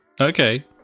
Okay